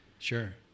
sure